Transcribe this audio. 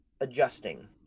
adjusting